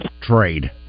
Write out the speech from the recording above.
trade